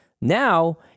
now